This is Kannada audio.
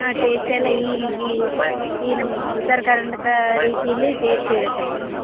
ಹಾಂ ಟೇಸ್ಟ್ ಎಲ್ಲ ಈಗ ಈ ಈ ನಮ್ಮ ಉತ್ತರ ಕರ್ನಾಟಕ ರೀತಿಲಿ ಟೇಸ್ಟ್ ಇರುತ್ತೆ ಮೇಡಮ್